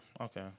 Okay